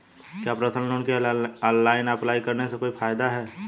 क्या personal loan के लिए ऑनलाइन अप्लाई करने से कोई फायदा है?